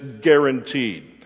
guaranteed